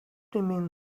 remain